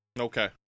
Okay